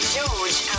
George